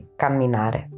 camminare